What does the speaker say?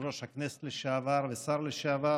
יושב-ראש הכנסת לשעבר ושר לשעבר.